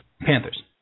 Panthers